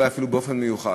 אולי באופן מיוחד,